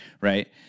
right